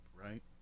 right